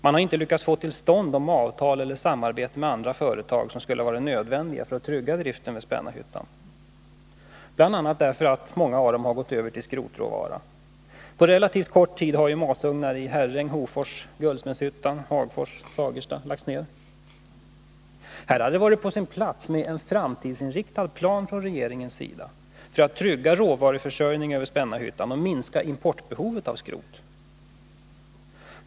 Man har inte lyckats få till stånd de avtal eller det samarbete med andra företag som skulle ha varit nödvändiga för att trygga driften vid Spännarhyttan, bl.a. därför att många av dem har gått över till skrotråvara. På relativt kort tid har masugnar i Herräng, Hofors, Guldsmedshyttan, Hagfors och Fagersta lagts ned. Här hade det varit på sin plats med en framtidsinriktad plan från regeringens sida för att trygga råvaruförsörjningen över Spännarhyttan och för att minska importbehovet av skrot.